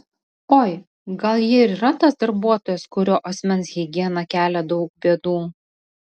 oi gal ji ir yra tas darbuotojas kurio asmens higiena kelia daug bėdų